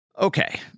okay